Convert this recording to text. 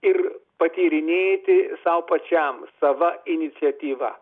ir patyrinėti sau pačiam sava iniciatyva